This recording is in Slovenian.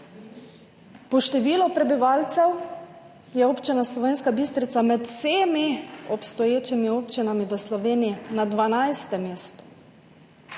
Po številu prebivalcev je Občina Slovenska Bistrica med vsemi obstoječimi občinami v Sloveniji na dvanajstem